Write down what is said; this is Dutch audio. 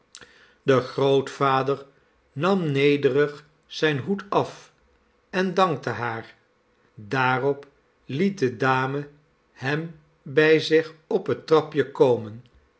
de grootvader nam nederig zijn hoed af en dankte haar daarop liet de dame hem by zich op het trapje komen